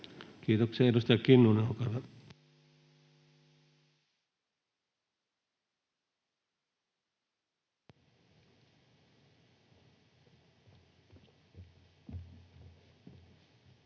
Kiitoksia. — Edustaja Kinnunen,